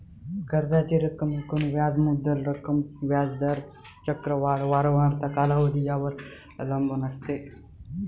कर्जाची रक्कम एकूण व्याज मुद्दल रक्कम, व्याज दर, चक्रवाढ वारंवारता, कालावधी यावर अवलंबून असते